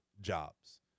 jobs